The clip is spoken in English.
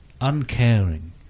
uncaring